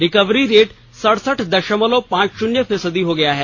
recovery rate सरसठ दशमलव पांच शून्य फीसदी हो गया है